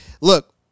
Look